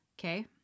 Okay